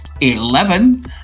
eleven